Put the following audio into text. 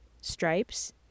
stripes